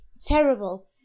terrible